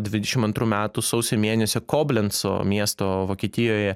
dvidešim antrų metų sausio mėnesio koblenco miesto vokietijoje